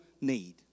need